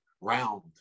round